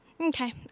okay